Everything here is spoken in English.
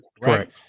right